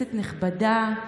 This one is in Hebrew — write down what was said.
כנסת נכבדה,